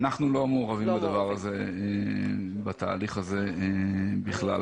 אנחנו לא מעורבים בתהליך הזה בכלל.